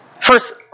First